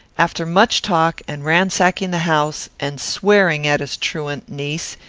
after much talk and ransacking the house, and swearing at his truant niece,